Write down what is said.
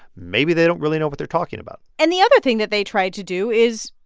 maybe they don't really know what they're talking about and the other thing that they tried to do is,